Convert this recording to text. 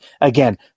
Again